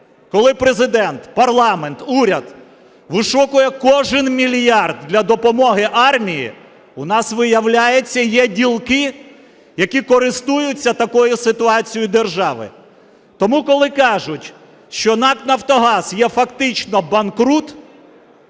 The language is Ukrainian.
коли Президент, парламент, уряд вишукує кожен мільярд для допомоги армії, у нас, виявляється, є ділки, які користуються такою ситуацією держави. Тому, коли кажуть, що НАК "Нафтогаз" є фактично банкрут,